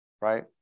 Right